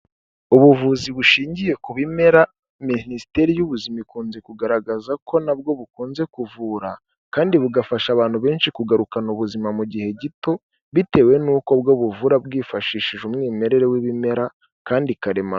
Ubuvuzi bushingiye ku bimera minisiteri y'ubuzima ikunze kugaragaza ko nabwo bukunze kuvura, kandi bugafasha abantu benshi kugarukana ubuzima mu gihe gito, bitewe n'uko bwo buvura bwifashishije umwimerere w'ibimera kandi karemano.